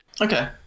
Okay